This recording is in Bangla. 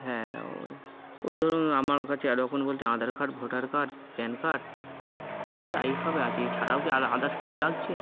হ্যাঁ ওই ওই ধরুন আমার কাছে আর ওখন বলতে Aadhaar card voter card PAN card ই এই সবে আছে এছাড়াও কি আদার্স কিছু লাগছে